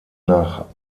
nach